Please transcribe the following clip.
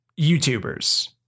YouTubers